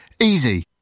Easy